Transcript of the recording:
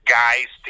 guys